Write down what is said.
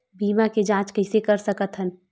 बीमा के जांच कइसे कर सकत हन?